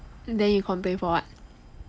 then you complain for what